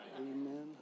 amen